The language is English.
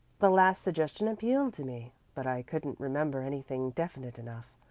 the last suggestion appealed to me, but i couldn't remember anything definite enough,